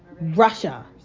Russia